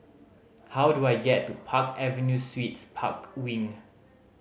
how do I get to Park Avenue Suites Park Wing